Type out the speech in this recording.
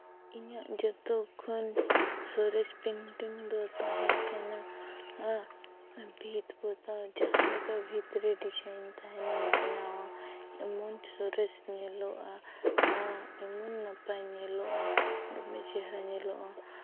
ᱤᱧᱟᱹᱜ ᱡᱚᱛᱚᱠᱷᱚᱱ ᱥᱚᱨᱮᱥ ᱯᱮᱱᱴᱤᱝ ᱫᱚ ᱛᱟᱦᱮᱸ ᱠᱟᱱᱟ ᱵᱷᱤᱛ ᱯᱚᱛᱟᱣ ᱡᱟᱦᱟᱸ ᱞᱮᱠᱟ ᱵᱷᱤᱛ ᱨᱮ ᱰᱤᱡᱟᱭᱤᱱ ᱛᱟᱦᱮᱱᱤᱧ ᱵᱮᱱᱟᱣᱟ ᱮᱢᱚᱱ ᱥᱚᱨᱮᱥ ᱧᱮᱞᱚᱜᱼᱟ ᱟᱨ ᱮᱢᱚᱱ ᱱᱟᱯᱟᱭ ᱧᱮᱞᱚᱜᱼᱟ ᱫᱚᱢᱮ ᱪᱮᱦᱨᱟ ᱧᱮᱞᱚᱜᱼᱟ